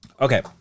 Okay